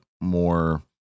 more